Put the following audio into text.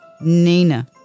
Nina